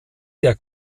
der